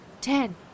ten